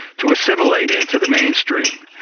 to assimilate into the mainstream.